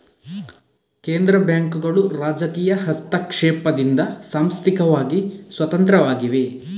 ಕೇಂದ್ರ ಬ್ಯಾಂಕುಗಳು ರಾಜಕೀಯ ಹಸ್ತಕ್ಷೇಪದಿಂದ ಸಾಂಸ್ಥಿಕವಾಗಿ ಸ್ವತಂತ್ರವಾಗಿವೆ